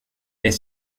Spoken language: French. est